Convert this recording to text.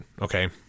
okay